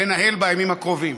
לנהל בימים הקרובים.